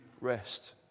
rest